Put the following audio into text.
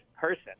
person